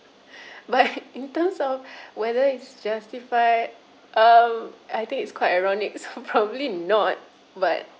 but in terms of whether it's justified um I think it's quite ironic so probably not